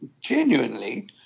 genuinely